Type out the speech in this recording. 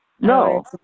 No